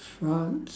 france